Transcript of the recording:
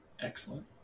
excellent